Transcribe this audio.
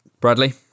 Bradley